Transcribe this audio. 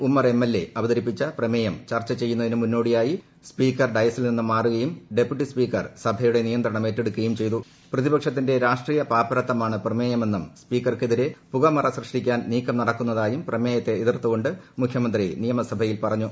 Ummer MLA അവതരിപ്പിച്ച പ്രമേയം ചർച്ച ചെയ്യുന്നതിന് മുന്നോടിയായി സ്പീക്കർ ഡയസിൽ നിന്ന് മാറുകയും ഡെപ്യൂട്ടി സ്പീക്കർ സഭയുടെ നിയന്ത്രണം ഏറ്റെടുക്കുകയും പ്രതിപക്ഷത്തിന്റെ രാഷ്ട്രീയ പാപ്പരത്തമാണ് പ്രമേയമെന്നും സ്പീക്കർക്കെതിരെ പുകമറ സൃഷ്ടിക്കാൻു നീക്കം നടക്കുന്നതായും പ്രമേയത്തെ എതിർത്തു കൊണ്ട് മുഖ്യ്മന്ത്രി നിയമസഭയിൽ പറഞ്ഞു